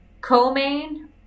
co-main